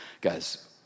Guys